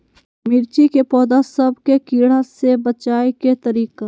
मिर्ची के पौधा सब के कीड़ा से बचाय के तरीका?